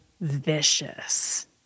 vicious